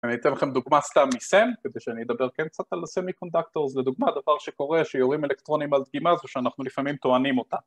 אני אתן לכם דוגמה סתם מסם, כדי שאני אדבר כן קצת על הסמי קונדקטור זה דוגמה, הדבר שקורה שיורים אלקטרונים על דגימה זה שאנחנו לפעמים טוענים אותה